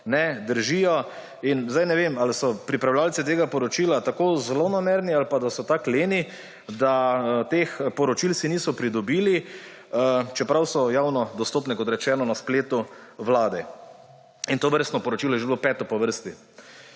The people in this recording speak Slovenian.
držijo. In sedaj ne vem, ali so pripravljavci tega poročila tako zlonamerni, ali pa da so tako leni, da si teh poročil niso pridobili, čeprav so javno dostopni, kot rečeno, na spletu Vlade. In tovrstno poročilo je bilo že peto po vrsti.